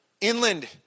inland